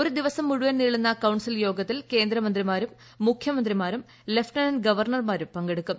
ഒരു ദിവസം മുഴുവൻ നീളുന്ന കൌൺസിൽ യോഗത്തിൽ കേന്ദ്രമന്ത്രിമാരും മുഖ്യമന്ത്രിമാരും ലഫ്റ്റനന്റ ഗവർണർമാരും പങ്കെടുക്കും